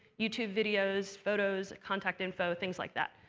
youtube videos, photos, contact info, things like that,